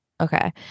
Okay